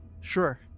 Sure